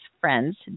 friends